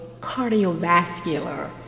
cardiovascular